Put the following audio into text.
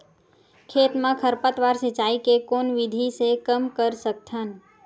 खेत म खरपतवार सिंचाई के कोन विधि से कम कर सकथन?